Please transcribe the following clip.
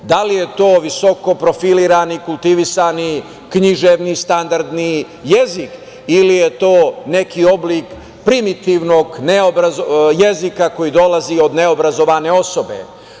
Da li je to visoko profilirani, kultivisani, književni, standardni jezik ili je to neki oblik primitivnog jezika koji dolazi od neobrazovane osobe.